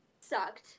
sucked